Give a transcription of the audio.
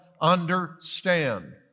understand